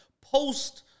post